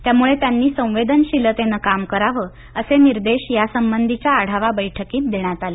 त्यामुळे त्यांनी संवेदनशीलतेनं काम करावं असे निर्देश या संबंधीच्या आढावा बैठकीत देण्यात आले